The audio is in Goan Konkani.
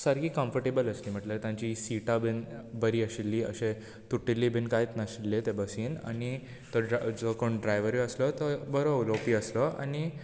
सगलीं कंफर्टेबल आसलीं म्हटल्यार तांची सिटां बीन बरी आशिल्लीं अशें तुटिल्लीं बी कांयत नासलें ते बसीन तो ड्राय तो जो कोण ड्रायव्हरूय आसलो तो बरो उलोवपी आसलो आनी